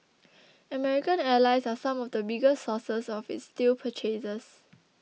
American allies are some of the biggest sources of its steel purchases